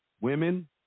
Women